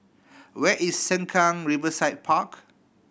where is Sengkang Riverside Park